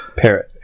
parrot